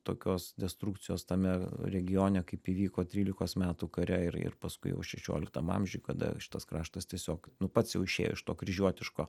tokios destrukcijos tame regione kaip įvyko trylikos metų kare ir ir paskui jau šešioliktam amžiuj kada šitas kraštas tiesiog pats jau išėjo iš to kryžiuotiško